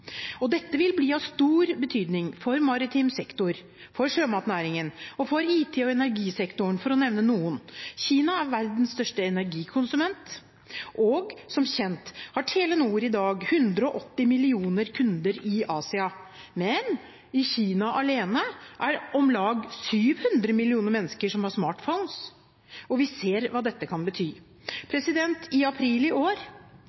Kina. Dette vil bli av stor betydning for maritim sektor, for sjømatnæringen og for IT- og energisektoren, for å nevne noen. Kina er jo verdens største energikonsument. Som kjent har Telenor i dag 180 millioner kunder i Asia. I Kina alene har om lag 700 millioner mennesker smartphones, og vi ser hva dette kan bety. I april i år,